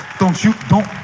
don't shoot don't